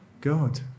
God